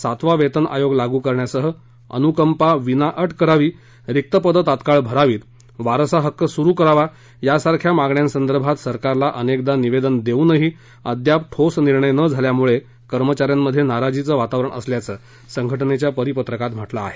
सातवा वेतन आयोग लागू करण्यासह अनुकंपा विनाअट करावी रिक्त पदं तात्काळ भरावीत वारसा हक्क सुरु करावा यांसारख्या मागण्यांसंदर्भात सरकारला अनेकदा निवेदन देऊनही अद्याप ठोस निर्णय नं झाल्यामुळे कर्मचाऱ्यांमध्ये नाराजीचं वातावरण असल्याचं संघटनेच्या परिपत्रकात म्हटलं आहे